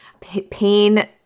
pain